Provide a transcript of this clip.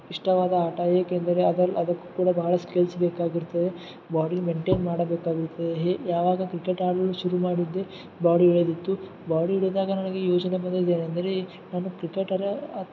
ಇಷ್ಟವಾದ ಆಟ ಏಕೆಂದರೆ ಅದಲ್ಲಿ ಅದಕ್ಕೆ ಕೂಡ ಬಹಳ ಸ್ಕಿಲ್ಸ್ ಬೇಕಾಗುತ್ತೆ ಬಾಡಿ ಮೆಂಟೇನ್ ಮಾಡಬೇಕಾಗುತ್ತೆ ಹೆ ಯಾವಾಗ ಕ್ರಿಕೆಟ್ ಆಡಲು ಶುರು ಮಾಡಿದ್ದೆ ಬಾಡಿ ಇಳಿದಿತ್ತು ಬಾಡಿ ಇಳಿದಾಗ ನನಗೆ ಯೋಚನೆ ಬಂದಿದ್ದೇನೆಂದರೇ ನಾನು ಕ್ರಿಕೆಟರ ಅತ್